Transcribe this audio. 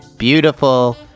beautiful